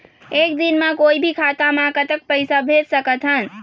एक दिन म कोई भी खाता मा कतक पैसा भेज सकत हन?